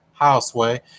Houseway